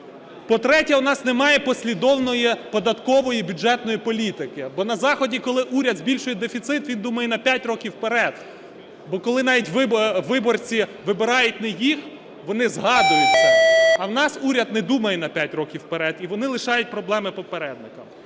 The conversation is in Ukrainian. По-третє, у нас немає послідовної податкової і бюджетної політики, бо на Заході, коли уряд збільшує дефіцит, він думає на 5 років вперед. Бо коли навіть виборці вибирають не їх, вони згадують це. А в нас уряд не думає на 5 років вперед, і вони лишають проблеми попередникам.